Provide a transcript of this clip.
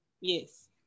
Yes